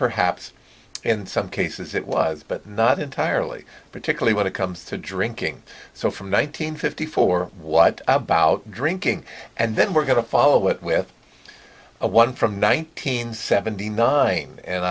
perhaps in some cases it was but not entirely particularly when it comes to drinking so from one nine hundred fifty four what about drinking and then we're going to follow it with one from nineteen seventy nine and